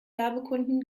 werbekunden